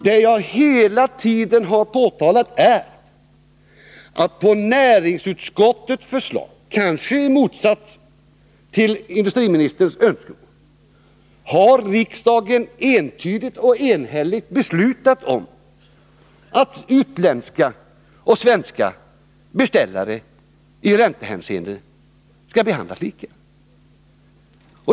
Det jag hela tiden har påtalat är att på näringsutskottets förslag — kanske i motsats till industriministerns önskemål — har riksdagen entydigt och enhälligt beslutat om att utländska och svenska beställare i räntehänseende skall behandlas lika.